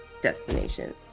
destination